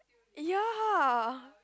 ya